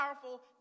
powerful